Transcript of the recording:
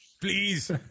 Please